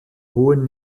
hohen